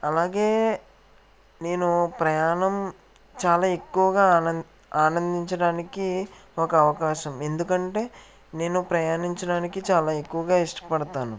అలాగే నేను ప్రయాణం చాలా ఎక్కువగా ఆనం ఆనందించడానికి ఒక అవకాశం ఎందుకంటే నేను ప్రయాణించడానికి చాలా ఎక్కువగా ఇష్టపడతాను